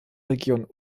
region